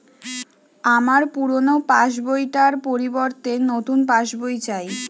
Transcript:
আমার পুরানো পাশ বই টার পরিবর্তে নতুন পাশ বই চাই